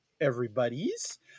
Everybody's